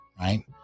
right